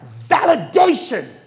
validation